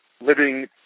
living